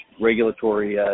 regulatory